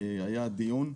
האחרון.